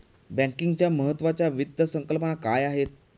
बँकिंगच्या महत्त्वाच्या वित्त संकल्पना काय आहेत?